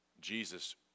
Jesus